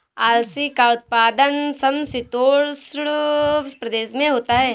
अलसी का उत्पादन समशीतोष्ण प्रदेश में होता है